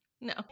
No